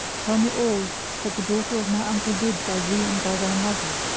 tell me all that the daughter of my uncle did by thee and by thy mother.